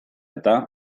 eta